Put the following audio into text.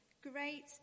Great